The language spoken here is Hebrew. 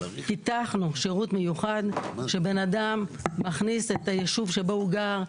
פיתחנו שירות מיוחד שאדם מכניס את היישוב שבו הוא גר.